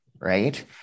right